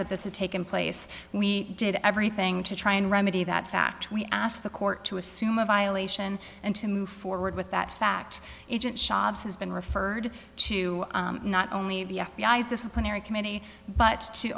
that this has taken place we did everything to try and remedy that fact we asked the court to assume a violation and to move forward with that fact agent shabazz has been referred to not only the f b i s disciplinary committee but